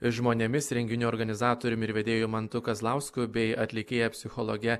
žmonėmis renginių organizatoriumi ir vedėju mantu kazlausku bei atlikėja psichologe